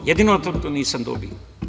Jedino na to nisam dobio.